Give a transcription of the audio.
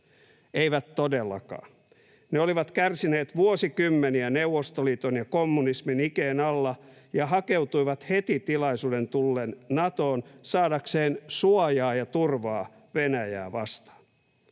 Eivät todellakaan. Ne olivat kärsineet vuosikymmeniä Neuvostoliiton ja kommunismin ikeen alla ja hakeutuivat heti tilaisuuden tullen Natoon saadakseen suojaa ja turvaa Venäjää vastaan.